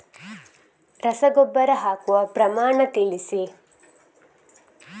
ರಸಗೊಬ್ಬರ ಹಾಕುವ ಪ್ರಮಾಣ ತಿಳಿಸಿ